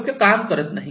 योग्य काम करत नाही